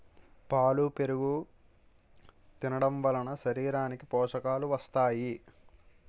పాలు పెరుగు తినడంవలన శరీరానికి పోషకాలు వస్తాయి